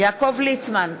יעקב ליצמן,